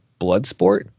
Bloodsport